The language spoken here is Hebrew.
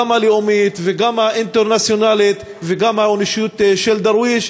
גם הלאומית וגם האינטרנציונלית וגם האנושית של דרוויש,